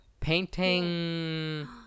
painting